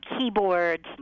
keyboards